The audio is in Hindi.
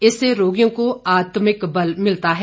इससे रोगियों को आत्मिक बल मिलता है